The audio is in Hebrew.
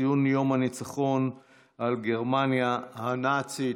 ציון יום הניצחון על גרמניה הנאצית.